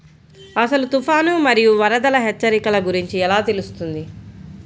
అసలు తుఫాను మరియు వరదల హెచ్చరికల గురించి ఎలా తెలుస్తుంది?